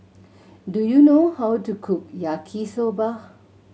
do you know how to cook Yaki Soba